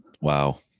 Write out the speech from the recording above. wow